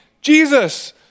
Jesus